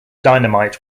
dynamite